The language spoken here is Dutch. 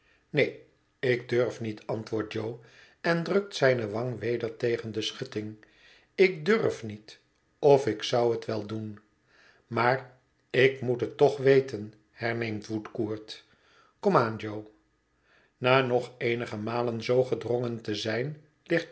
neen ik durf niet antwoordt jo en drukt zijne wang weder tegen de schutting ik durf niet of ik zou het wel doen maar ik moet het toch weten herneemt woodcourt kom aan jo na nog eenige malen zoo gedrongen te zijn